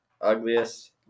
ugliest